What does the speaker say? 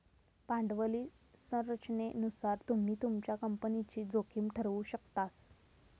भांडवली संरचनेनुसार तुम्ही तुमच्या कंपनीची जोखीम ठरवु शकतास